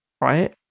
right